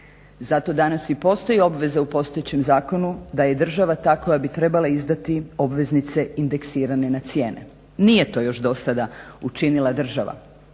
Zato danas i postoji obveza u postojećem zakonu da je država ta koja bi trebala izdati obveznice indeksirane na cijene. Nije to još do sada učinila država,